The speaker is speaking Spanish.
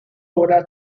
obra